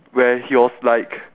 where he was like